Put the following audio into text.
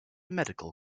medical